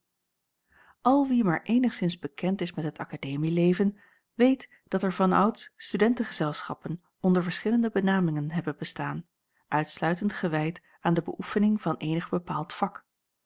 wie maar eenigszins bekend is met het akademieleven weet dat er vanouds studentengezelschappen onder verschillende benamingen hebben bestaan uitsluitend gewijd aan de beöefening van eenig bepaald vak